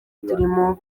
turimo